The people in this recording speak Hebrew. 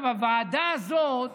הוועדה הזאת,